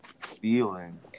Feeling